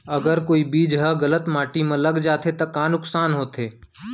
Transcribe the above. अगर कोई बीज ह गलत माटी म लग जाथे त का नुकसान होथे?